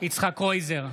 יצחק קרויזר,